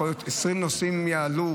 יכולים להיות 20 נושאים שיעלו,